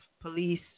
police